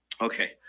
Okay